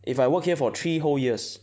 if I work here for three whole years